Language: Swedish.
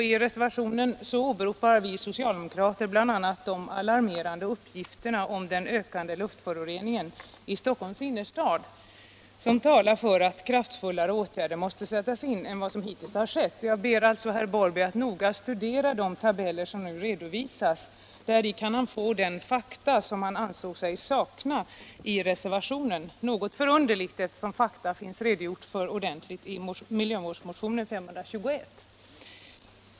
Vi socialdemokrater åberopar bl.a. de alarmerande uppgifterna om den ökande luftföroreningen i Stockholms innerstad, som talar för att kraftfullare åtgärder än hittills måste sättas in. Jag ber därför herr Larsson i Borrby att noga studera de tabeller som jag nu skall visa på TV-skärmen. Där kan han få de fakta som han anser sig sakna i reservationen. Det är något förunderligt, eftersom fakta är ordentligt redovisade i miljövårdsmotionen, nr 521.